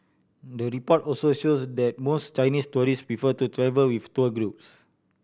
the report also shows that most Chinese tourist before to travel with tour groups